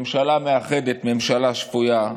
ממשלה מאחדת, ממשלה שפויה.